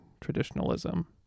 traditionalism